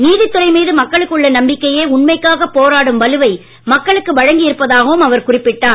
நீதித் துறை மீது மக்களுக்கு உள்ள நம்பிக்கையே உண்மைக்காகப் போராடும் வலுவை மக்களுக்கு வழங்கியிருப்பதாக அவர் குறிப்பிட்டார்